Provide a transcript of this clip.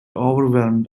overwhelmed